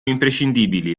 imprescindibili